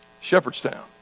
Shepherdstown